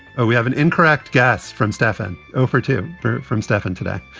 we have an incorrect gas from stefan over to from stefan today.